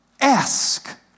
ask